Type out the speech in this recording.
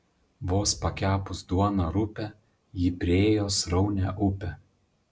vos pakepus duoną rupią ji priėjo sraunią upę